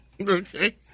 Okay